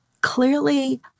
clearly